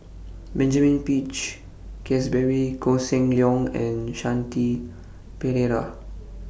Benjamin Peach Keasberry Koh Seng Leong and Shanti Pereira